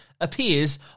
appears